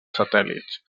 satèl·lits